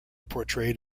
portrayed